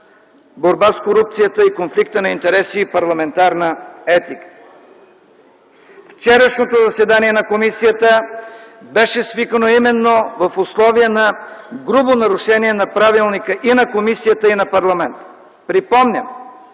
борба с корупцията и конфликт на интереси и парламентарна етика. Вчерашното заседание на комисията беше свикано именно в условия на грубо нарушение на правилника – и на комисията, и на парламента. Припомням,